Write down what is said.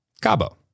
Cabo